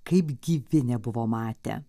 kaip gyvi nebuvo matę